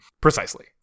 Precisely